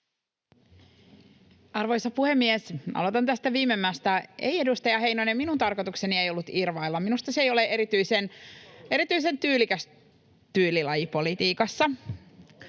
Arvoisa puhemies! Aloitan tästä viimemmästä: Ei, edustaja Heinonen, minun tarkoitukseni ei ollut irvailla. Minusta se ei ole erityisen tyylikäs tyylilaji politiikassa.